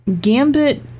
Gambit